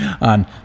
On